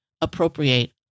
appropriate